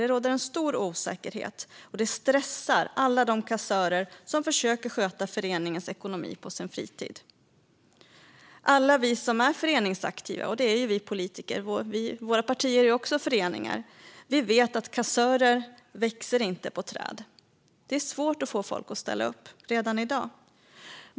Det råder en stor osäkerhet, och det stressar alla de kassörer som försöker att sköta föreningens ekonomi på sin fritid. Alla vi som är föreningsaktiva - och det är ju vi politiker, eftersom våra partier också är föreningar - vet att kassörer inte växer på träd. Det är svårt att få folk att ställa upp redan i dag.